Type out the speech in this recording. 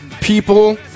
people